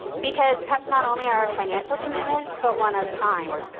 because pets not only are a financial commitment but one of time.